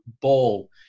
ball